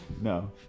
No